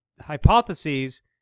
hypotheses